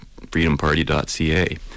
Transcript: freedomparty.ca